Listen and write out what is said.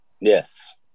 Yes